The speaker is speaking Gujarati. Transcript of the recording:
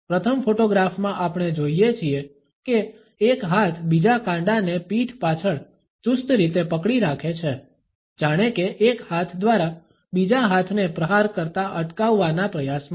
પ્રથમ ફોટોગ્રાફમાં આપણે જોઈએ છીએ કે એક હાથ બીજા કાંડાને પીઠ પાછળ ચુસ્ત રીતે પકડી રાખે છે જાણે કે એક હાથ દ્વારા બીજા હાથને પ્રહાર કરતા અટકાવવાના પ્રયાસમાં